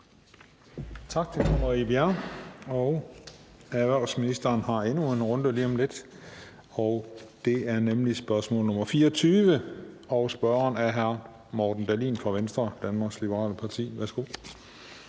Tak til fru Marie Bjerre. Erhvervsministeren har endnu en runde lige om lidt. Det er nemlig spørgsmål nr. 24, og spørgeren er hr. Morten Dahlin fra Venstre, Danmarks Liberale Parti. Kl.